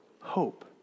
hope